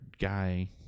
guy